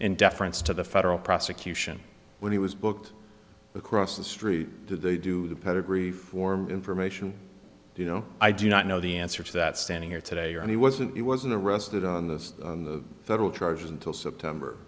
in deference to the federal prosecution when he was booked across the street to do the pedigree for information you know i do not know the answer to that standing here today and he wasn't he wasn't arrested on the federal charges until september